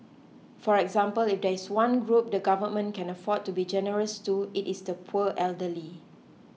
for example if there is one group the Government can afford to be generous to it is the poor elderly